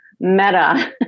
meta